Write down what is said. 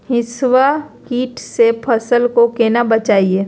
हिसबा किट से फसल को कैसे बचाए?